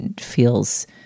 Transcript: feels